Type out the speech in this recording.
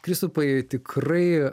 kristupai tikrai